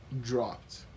dropped